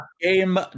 Game